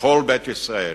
לכל בית ישראל,